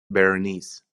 berenice